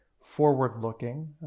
forward-looking